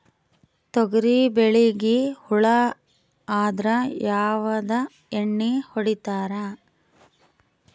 ತೊಗರಿಬೇಳಿಗಿ ಹುಳ ಆದರ ಯಾವದ ಎಣ್ಣಿ ಹೊಡಿತ್ತಾರ?